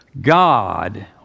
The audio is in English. God